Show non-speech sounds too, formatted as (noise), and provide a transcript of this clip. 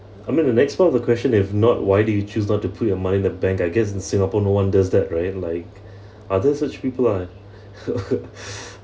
I'm in the next part of the question if not why do you choose not to put your money the bank I guess in singapore no one does that right like are there such people are (laughs)